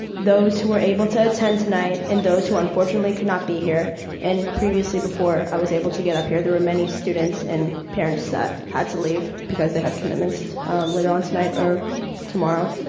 those who are able to attend tonight and those who unfortunately can not be here and previously before i was able to get up here, there were many students and parents that had to leave because they have commitments later on tonight or tomorrow.